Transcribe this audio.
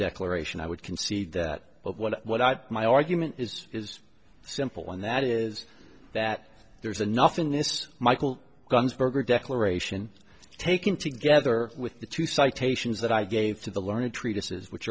declaration i would concede that but what i my argument is is a simple one that is that there's enough in this michael guns burger declaration taken together with the two citations that i gave to the learned treatises which